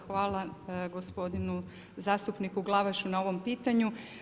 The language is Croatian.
Hvala gospodinu zastupniku Glavašu na ovom pitanju.